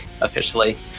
officially